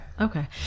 Okay